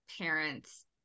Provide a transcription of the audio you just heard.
Parents